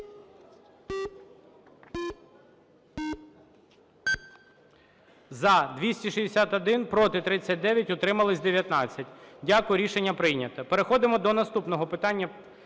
За-261 Проти – 39, утримались 19. Дякую. Рішення прийнято. Переходимо до наступного питання.